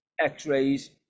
X-rays